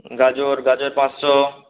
গাজর গাজর পাঁচশো